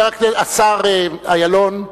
סגן השר אילון,